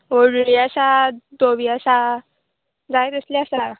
व्होडली आसा धोवी आसा जाय तसली आसा